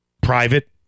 private